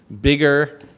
bigger